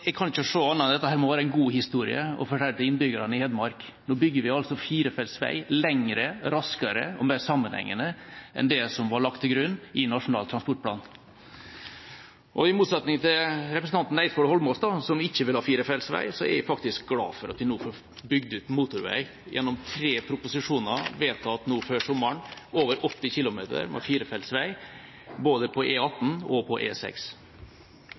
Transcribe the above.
jeg kan ikke se annet enn at dette må være en god historie å fortelle innbyggerne i Hedmark. Nå bygger vi firefelts vei lengre, raskere og mer sammenhengende enn det som var lagt til grunn i Nasjonal transportplan. I motsetning til representanten Eidsvoll Holmås, som ikke vil ha firefelts vei, er jeg glad for at vi gjennom tre proposisjoner vedtatt før sommeren nå får bygd ut motorvei – over 80 km med firefelts vei – både på E18 og på